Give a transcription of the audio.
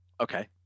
Okay